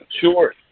Sure